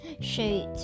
shoot